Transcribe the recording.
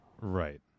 Right